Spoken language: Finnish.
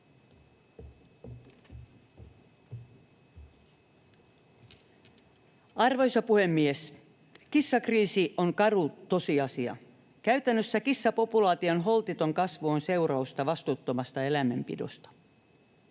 Arvoisa puhemies! Kissakriisi on karu tosiasia. Käytännössä kissapopulaation holtiton kasvu on seurausta vastuuttomasta eläimenpidosta.